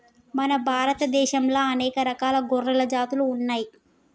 మన భారత దేశంలా అనేక రకాల గొర్రెల జాతులు ఉన్నయ్యి